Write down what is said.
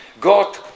God